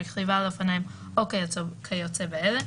רכיבה על אופניים או כיוצא באלה,